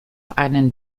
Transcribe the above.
einen